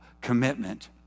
commitment